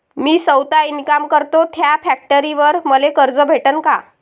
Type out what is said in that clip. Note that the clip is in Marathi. मी सौता इनकाम करतो थ्या फॅक्टरीवर मले कर्ज भेटन का?